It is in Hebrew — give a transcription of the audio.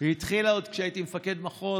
היא התחילה עוד כשהייתי מפקד מחוז.